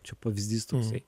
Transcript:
čia pavyzdys toksai